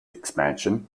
expansion